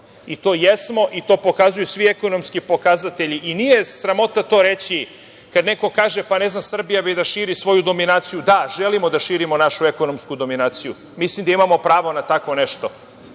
I to jesmo i to pokazuju svi ekonomski pokazatelji i nije sramota to reći. Kada neko kaže - pa ne znam Srbija bi da širi svoju dominaciju, da želimo da širimo našu ekonomsku dominaciju. Mislim da imamo pravo na tako nešto.